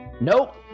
Nope